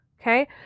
Okay